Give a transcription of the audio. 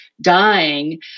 dying